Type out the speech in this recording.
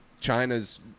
China's